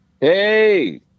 Hey